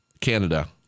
Canada